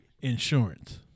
insurance